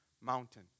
mountain